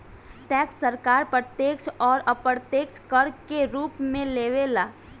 tax सरकार प्रत्यक्ष अउर अप्रत्यक्ष कर के रूप में लेवे ला